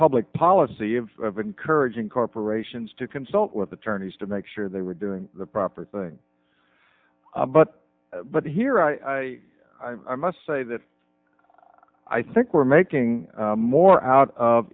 public policy of encouraging corporations to consult with attorneys to make sure they were doing the proper thing but but here i i must say that i think we're making more out of